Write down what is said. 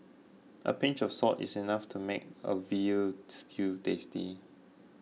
a pinch of salt is enough to make a Veal Stew tasty